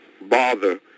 bother